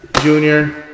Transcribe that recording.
Junior